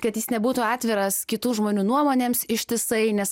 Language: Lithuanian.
kad jis nebūtų atviras kitų žmonių nuomonėms ištisai nes